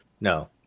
no